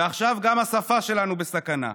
ועכשיו השפה שלנו בסכנה.